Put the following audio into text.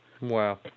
Wow